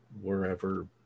wherever